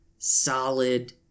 Solid